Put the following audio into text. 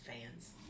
fans